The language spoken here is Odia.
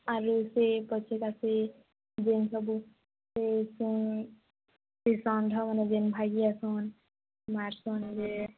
ଆରୁ ସେ ପଛେ ପଛେ ଯେଉଁ ସବୁ ସେ ଷଣ୍ଢମାନେ ଯେନ ଭାଗି ଆସନ ମାରସନ ଯେ